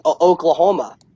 Oklahoma